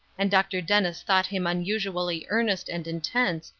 and dr. dennis thought him unusually earnest and intense,